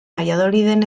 valladoliden